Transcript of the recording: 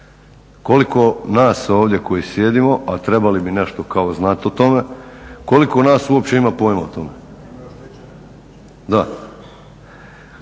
Koliko nas ovdje koji sjedimo, a trebali bi nešto kao znati o tome, koliko nas uopće ima pojma o tome?